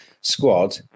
squad